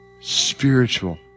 spiritual